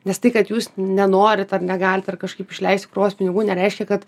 nes tai kad jūs nenorit ar negalit ar kažkaip išleist krūvos pinigų nereiškia kad